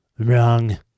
Wrong